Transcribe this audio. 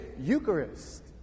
Eucharist